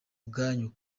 bwanyu